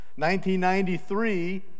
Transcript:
1993